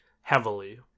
heavily